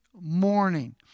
morning